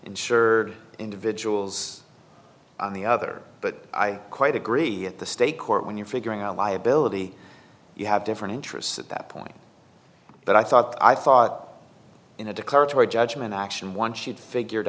insured individuals on the other but i quite agree that the state court when you're figuring out liability you have different interests at that point but i thought i thought in a declaratory judgment action once you've figured